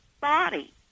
body